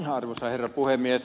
arvoisa herra puhemies